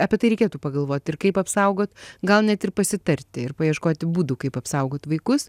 apie tai reikėtų pagalvot ir kaip apsaugot gal net ir pasitarti ir paieškoti būdų kaip apsaugot vaikus